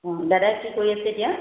অঁ দাদাই কি কৰি আছে এতিয়া